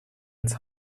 its